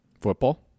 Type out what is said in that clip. Football